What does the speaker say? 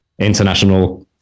international